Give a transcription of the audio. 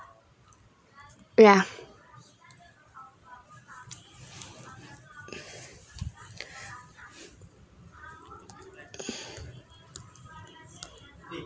yeah